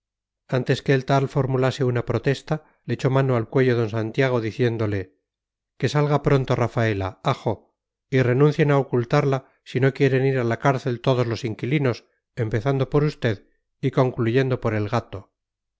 antes que el tal formulase una protesta le echó mano al cuello d santiago diciéndole que salga pronto rafaela ajo y renuncien a ocultarla si no quieren ir a la cárcel todos los inquilinos empezando por usted y concluyendo por el gato